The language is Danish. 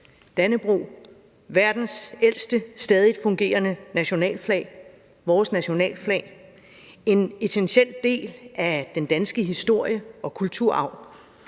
Dannebrog – verdens ældste stadig fungerende nationalflag, vores nationalflag, en essentiel del af den danske historie og kulturarv.